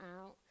out